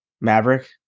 Maverick